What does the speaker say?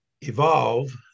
evolve